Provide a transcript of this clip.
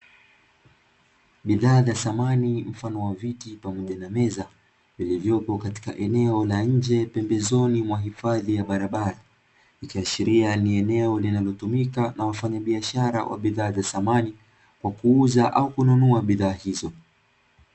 Bidhaa za samani mfano wa viti pamoja na meza, vilivyopo katika eneo la nje pembezoni mwa hifadhi ya barabara, ikiashiria ni eneo linalotumika na wafanyabiashara wa bidhaa za samani, kwa kuuza au kununua bidhaa hizo.